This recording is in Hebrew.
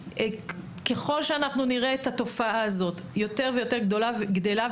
ככל שאנחנו נראה את התופעה הזאת יותר ויותר גדלה,